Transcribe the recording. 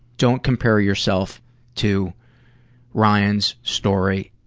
don't compare yourself to ryan's story.